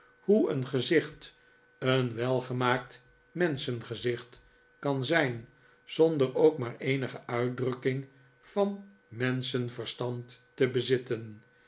hoe een gezicht een welgemaakt menschengezicht kan zijn zonder ook maar eenige uitdrukking van menschenverstand te bezitten